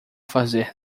fazer